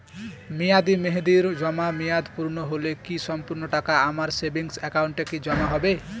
মেয়াদী মেহেদির জমা মেয়াদ পূর্ণ হলে কি সম্পূর্ণ টাকা আমার সেভিংস একাউন্টে কি জমা হবে?